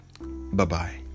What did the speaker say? Bye-bye